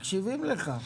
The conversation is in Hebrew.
מקשיבים לך.